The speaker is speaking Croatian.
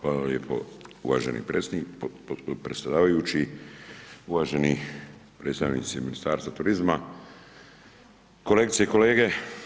Hvala lijepo uvaženi predsjedavajući, uvaženi predstavnici Ministarstva turizma, kolegice i kolege.